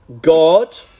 God